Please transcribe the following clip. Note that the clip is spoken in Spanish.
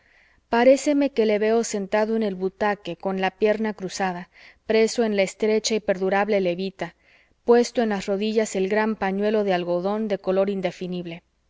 culto paréceme que le veo sentado en el butaque con la pierna cruzada preso en la estrecha y perdurable levita puesto en las rodillas el gran pañuelo de algodón de color indefinible